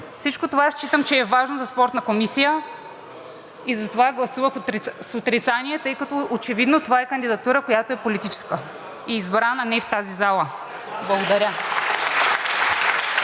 Всичко това считам, че е важно за Спортната комисия и затова гласувах с отрицание, тъй като очевидно това е кандидатура, която е политическа и избрана не в тази зала. Благодаря.